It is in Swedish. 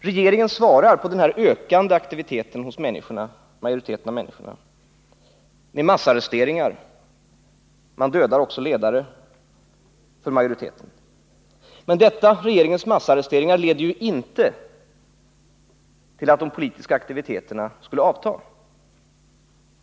Regeringen svarar på den ökande aktiviteten hos majoriteten av människorna med massarresteringar. Man dödar också ledare för majoriteten. Men regeringens massarresteringar leder inte till att de politiska aktiviteterna avtar.